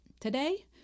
Today